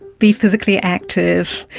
be physically active,